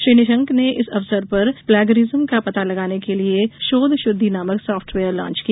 श्री निशंक ने इस अवसर पर प्लेगरिस्म का पता लगाने के लिए शोध शुद्धि नामक सॉफ्टवेयर लांच किया